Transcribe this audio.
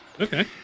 Okay